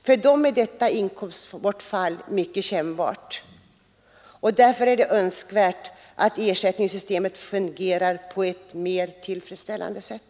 För dem är detta inkomstbortfall mycket kännbart, och därför är det nödvändigt att ersättningssystemet fungerar på ett mer tillfredsställande sätt.